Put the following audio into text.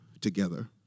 together